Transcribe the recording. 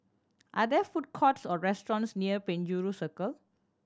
are there food courts or restaurants near Penjuru Circle